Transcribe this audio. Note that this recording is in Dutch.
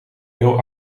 heel